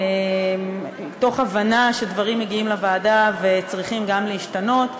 תוך הבנה שדברים מגיעים לוועדה וצריכים גם להשתנות.